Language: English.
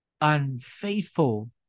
unfaithful